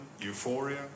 Euphoria